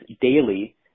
daily